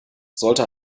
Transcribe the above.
sollte